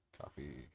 copy